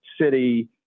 City